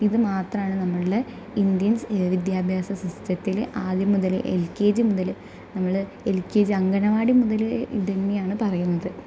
ഇത് മാത്രമാണ് നമ്മുടെ ഇന്ത്യൻ വിദ്യാഭ്യാസ സിസ്റ്റത്തിൽ ആദ്യം മുതൽ എൽ കെ ജി മുതൽ നമ്മൾ എൽ കെ ജി അങ്കണവാടി മുതൽ ഇതുതന്നെ ആണ് പറയുന്നത്